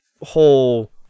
whole